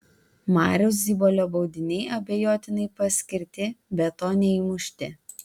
mariaus zibolio baudiniai abejotinai paskirti be to neįmušti